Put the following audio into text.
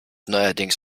neuerdings